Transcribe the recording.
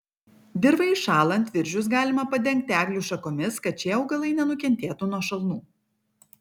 dirvai įšąlant viržius galima padengti eglių šakomis kad šie augalai nenukentėtų nuo šalnų